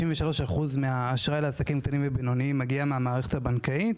93% מהאשראי לעסקים קטנים ובינוניים מגיעה מהמערכת הבנקאית,